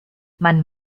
man